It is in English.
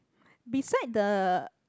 beside the